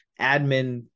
admin